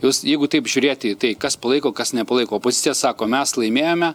jūs jeigu taip žiūrėti į tai kas palaiko kas nepalaiko opozicija sako mes laimėjome